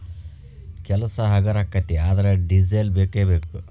ಕೆಲಸಾ ಹಗರ ಅಕ್ಕತಿ ಆದರ ಡಿಸೆಲ್ ಬೇಕ ಬೇಕು